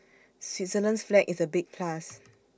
Switzerland's flag is A big plus